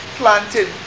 Planted